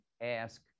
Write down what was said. ask